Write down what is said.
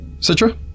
Citra